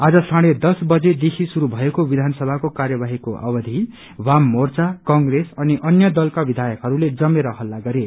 आज साँढे दस बजेदेखि श्रुरू भएको विधनसभाको कार्यवाहीको अवधि वाममोर्चा कंग्रेस अनि अन्य दलका विधायकहरूले जमेर हल्ला गरे